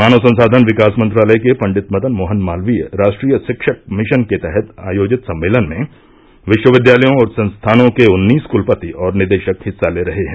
मानव संसाधन विकास मंत्रालय के पं मदन मोहन मालवीय राष्ट्रीय शिक्षक मिशन के तहत आयोजित सम्मेलन में विश्वविद्यालयों और संस्थानों के उन्नीस कुलपति और निदेशक हिस्सा ले रहे हैं